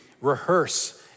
rehearse